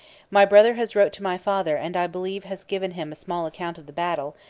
my brother has wrote to my father and i believe has given him a small account of the battle,